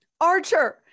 Archer